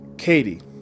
Katie